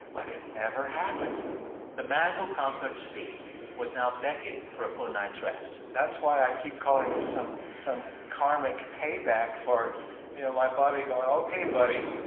but it never happened the man who conquered sleep was now begging for a full night's rest that's why i keep calling this some some karmic payback for you know, my body going, ok, buddy,